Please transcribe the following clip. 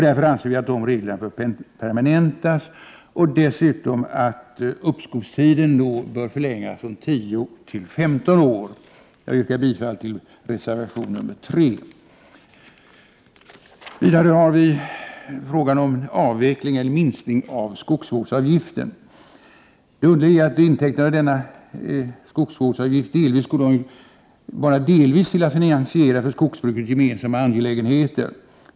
Vi menar att dessa regler bör permanentas och dessutom att uppskovstiden bör förlängas från 10 till 15 år. Jag yrkar bifall till reservation nr 3. Jag vill vidare ta upp frågan om en avveckling eller minskning av skogsvårdsavgiften. Det underliga är att intäkterna av denna avgift bara delvis går till att finansiera för skogsbruket gemensamma angelägenheter.